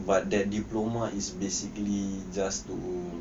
but that diploma is basically just to